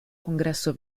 congresso